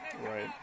Right